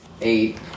Eight